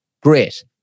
Great